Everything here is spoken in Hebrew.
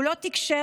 הוא לא כל כך תקשר,